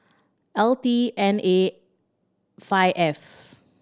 L T N A five F